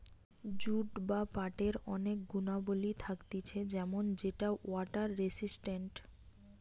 jute বা পাটের অনেক গুণাবলী থাকতিছে যেমন সেটা ওয়াটার রেসিস্টেন্ট